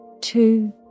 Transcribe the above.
two